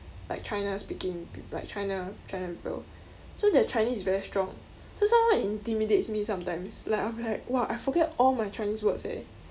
like china speaking pe~ like china china people so their chinese is very strong so sometimes it intimidates me sometimes like I'm like !wah! I forget all my chinese words eh